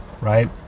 right